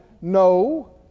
no